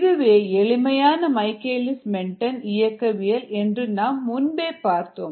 இதுவே எளிமையான Michaelis Menten இயக்கவியல் என்று நாம் முன்பே பார்த்தோம்